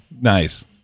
Nice